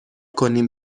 کنیم